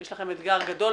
יש לכם אתגר גדול.